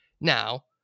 Now